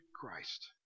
Christ